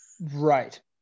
Right